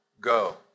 go